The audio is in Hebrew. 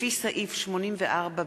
לפי סעיף 84(ב)